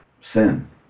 sin